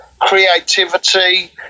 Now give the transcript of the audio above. creativity